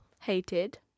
hated